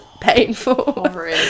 painful